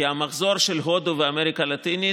כי המחזור של הודו ואמריקה הלטינית,